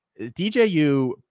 DJU